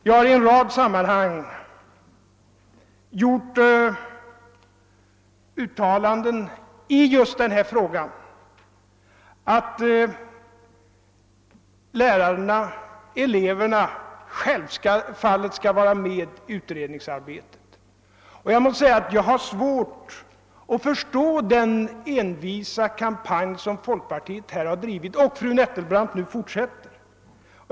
Jag har i en rad sammanhang gjort uttalanden i denna fråga av den innebörden att lärarna och eleverna självfallet skall vara med i utredningsarbetet. Jag har svårt att förstå den envisa kampanj som folkpartiet här drivit och som fru Nettelbrandt fortsätter.